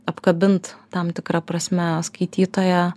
apkabint tam tikra prasme skaitytoją